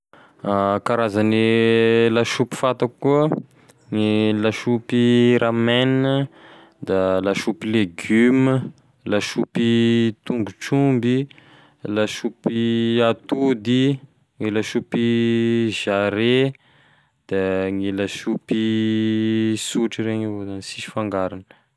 Karazane lasopy fantako koa gne lasopy ramen, da lasopy legioma, lasopy tongotr'omby, lasopy atody, gne lasopy jarret da gne lasopy sotry regny avao zany sisy fangarony.